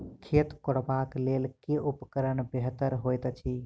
खेत कोरबाक लेल केँ उपकरण बेहतर होइत अछि?